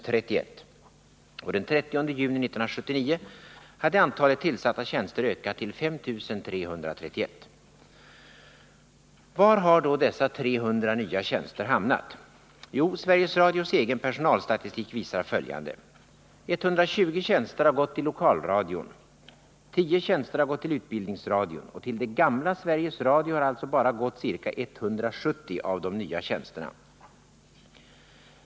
Jo, Sveriges Radios egen 13 mars 1980 personalstatistik visar följande: 120 tjänster har gått till lokalradion. 10 tjänster har gått till utbildningsradion och till det ”gamla” Sveriges Radio har alltså bara gått ca 170 av de nya tjänsterna.